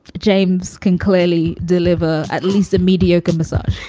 james can clearly deliver at least a mediocre massage